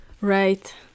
Right